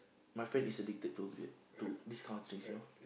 my friend is addicted to beer to this kind of drinks you know